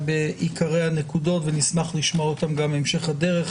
בעיקרי הנקודות ונשמח לשמוע אותם גם בהמשך הדרך.